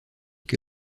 que